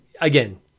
again